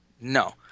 No